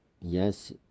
Yes